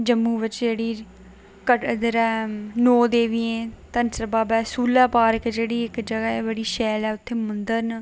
जम्मू बिच जेहड़ी कटरा दे जेहड़ी नौ देवियें घनसर बाबे सोलां पार जेहड़ी इक जगह् ऐ शैल ऐ उत्थै मंदर न